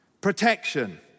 Protection